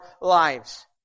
lives